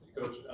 Coach